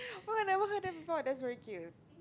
I never heard that before that's very cute